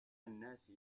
الناس